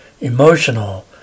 emotional